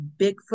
Bigfoot